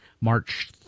March